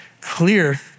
clear